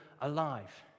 alive